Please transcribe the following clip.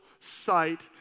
sight